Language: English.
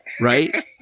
right